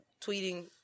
tweeting